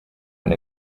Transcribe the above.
when